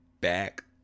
back